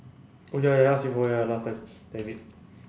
oh ya ya ya I ask before ya last time damn it